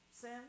Sin